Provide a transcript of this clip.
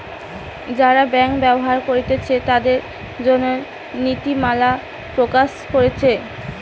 যারা ব্যাংক ব্যবহার কোরছে তাদের জন্যে নীতিমালা প্রকাশ কোরছে